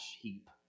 heap